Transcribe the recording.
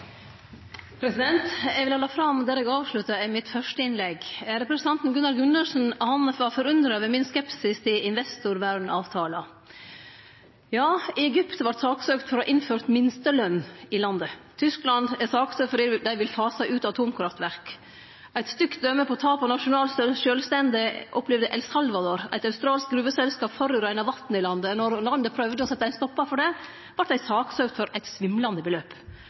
Eg vil halde fram der eg avslutta det fyrste innlegget mitt. Representanten Gunnar Gundersen var forundra over skepsisen min til investorvernavtalen. Ja, Egypt vart saksøkt for å ha innført minsteløn i landet. Tyskland er saksøkt fordi dei vil fase ut atomkraftverk. Eit stygt døme på tap av nasjonalt sjølvstende opplevde El Salvador då eit australsk gruveselskap forureina vatnet i landet. Då landet prøvde å setje ein stoppar for det, vart det saksøkt for eit svimlande beløp.